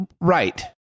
Right